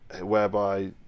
whereby